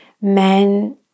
men